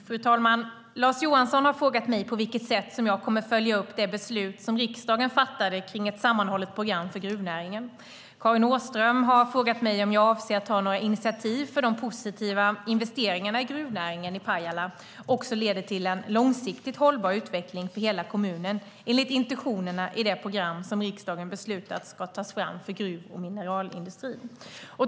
Fru talman! Lars Johansson har frågat mig på vilket sätt jag kommer att följa upp det beslut som riksdagen fattade kring ett sammanhållet program för gruvnäringen. Karin Åström har frågat mig om jag avser att ta några initiativ för att de positiva investeringarna i gruvnäringen i Pajala också leder till en långsiktigt hållbar utveckling för hela kommunen enligt intentionerna i det program som riksdagen beslutat ska tas fram för gruv och mineralindustrin.